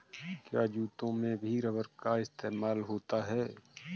क्या जूतों में भी रबर का इस्तेमाल होता है?